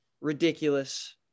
ridiculous